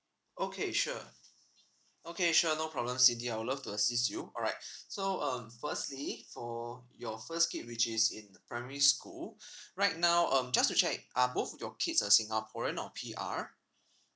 okay sure okay sure no problem cindy I would love to assist you alright so um firstly for your first kid which is in primary school right now um just to check are both your kids a singaporean or P_R